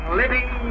living